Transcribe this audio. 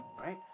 right